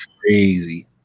crazy